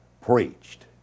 preached